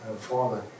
father